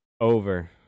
Over